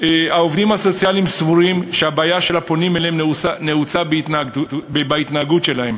העובדים הסוציאליים סבורים שהבעיה של הפונים אליהם נעוצה בהתנהגות שלהם,